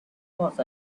course